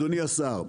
אדוני השר,